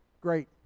Great